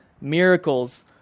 Miracles